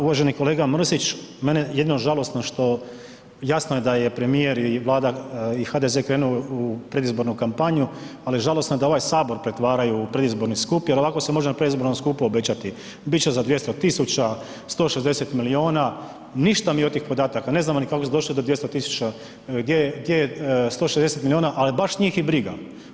Uvaženi kolega Mrsić, meni je jedino žalosno što, jasno je da premijer i Vlada i HDZ krenuo u predizbornu kampanju, ali žalosno je da ovaj sabor pretvaraju u predizborni skup jer ovako se može na predizbornom skupu obećati, bit će za 200 000, 160 milijuna, ništa mi od tih podataka ne znamo, ni kako su došli do 200 000, gdje je, gdje je 160 milijuna, ali baš njih i briga.